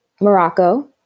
Morocco